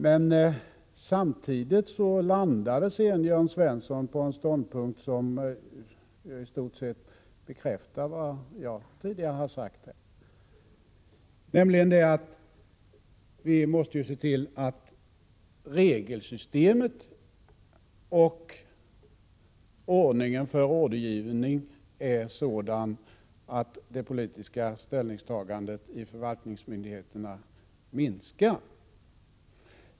Men samtidigt landade Jörn Svensson på en ståndpunkt som i stort sett bekräftar vad jag tidigare har sagt, nämligen att vi måste se till att regelsystemet och ordningen för ordergivning är sådana att det politiska ställningstagandet i förvaltningsmyndigheterna minskar.